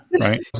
Right